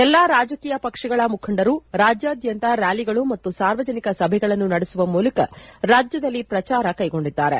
ಎಲ್ಲಾ ರಾಜಕೀಯ ಪಕ್ಷಗಳ ಮುಖಂಡರು ರಾಜ್ಯಾದ್ಯಂತ ರ್ನಾಲಿಗಳು ಮತ್ತು ಸಾರ್ವಜನಿಕ ಸಭೆಗಳನ್ನು ನಡೆಸುವ ಮೂಲಕ ರಾಜ್ಯದಲ್ಲಿ ಪ್ರಚಾರ ಕೈಗೊಂಡಿದ್ದಾರೆ